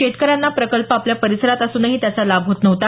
शेतकऱ्यांना प्रकल्प आपल्या परिसरात असूनही त्याचा लाभ होत नव्हता